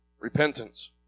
repentance